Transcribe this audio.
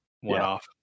one-off